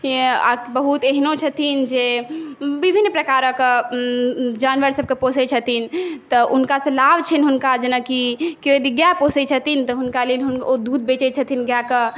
बहुत एहनो छथिन जे विभिन्न प्रकारक जानबर सबके पोसै छथिन तऽ हुनका से लाभ छैनि हुनका जेना कि केओ यदि गाय पोसै छथिन तऽ हुनका लेल ओ दूध बेचै छथिन गाय के